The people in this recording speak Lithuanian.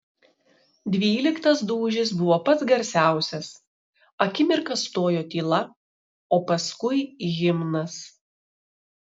dvyliktas dūžis buvo pats garsiausias akimirką stojo tyla o paskui himnas